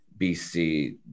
BC